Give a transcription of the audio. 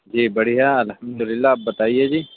جی بڑھیا الحمد اللہ بتائیے جی